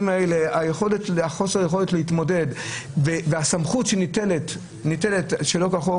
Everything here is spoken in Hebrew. חוסר היכולת להתמודד והסמכות שניתנת שלא כחוק,